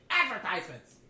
advertisements